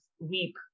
weep